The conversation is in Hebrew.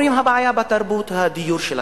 אומרים: הבעיה בתרבות הדיור שלכם.